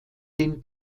den